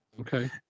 Okay